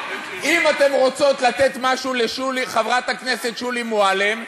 אם אתן רוצות לתת משהו לחברת הכנסת שולי מועלם,